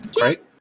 Right